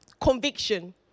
Conviction